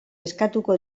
eskatuko